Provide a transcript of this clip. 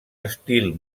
estil